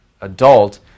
adult